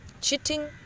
Cheating